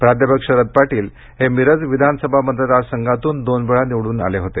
प्राध्यापक शरद पाटील हे मिरज विधानसभा मतदारसंघांतून दोन वेळा निवडून आले होते